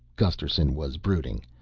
gusterson was brooding,